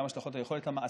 גם השלכות על היכולת המעשית.